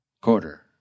quarter